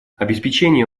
обеспечение